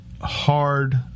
hard